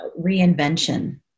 reinvention